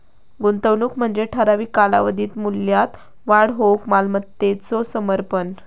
गुंतवणूक म्हणजे ठराविक कालावधीत मूल्यात वाढ होऊक मालमत्तेचो समर्पण